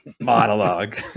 monologue